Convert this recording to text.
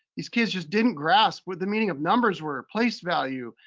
these kids just didn't grasp what the meaning of numbers were, place value,